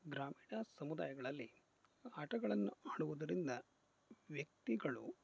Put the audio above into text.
ಗ್ರಾಮೀಣ ಸಮುದಾಯಗಳಲ್ಲಿ ಆಟಗಳನ್ನು ಆಡುವುದರಿಂದ ವ್ಯಕ್ತಿಗಳು